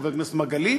חבר הכנסת מרגלית,